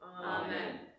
Amen